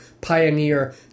pioneer